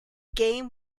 game